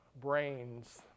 brains